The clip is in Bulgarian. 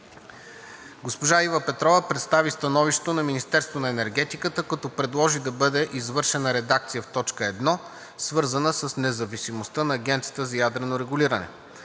Госпожа Ива Петрова представи становището на Министерството на енергетиката, като предложи да бъде извършена редакция в т. 1, свързана с независимостта на Агенцията за ядрено регулиране.